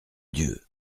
dieu